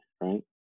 right